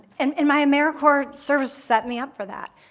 and and my americorps service set me up for that.